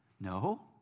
No